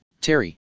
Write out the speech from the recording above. Terry